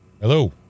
hello